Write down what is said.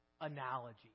analogy